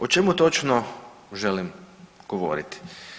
O čemu točno želim govoriti?